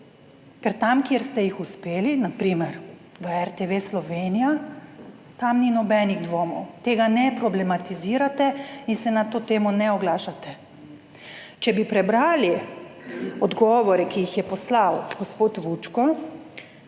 Ker tam, kjer ste jih uspeli, na primer v RTV Slovenija, tam ni nobenih dvomov, tega ne problematizirate in se na to temo ne oglašate. Če bi prebrali odgovore, ki jih je poslal gospod Vučko,